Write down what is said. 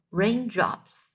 raindrops